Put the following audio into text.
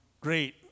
great